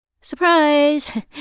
Surprise